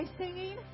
singing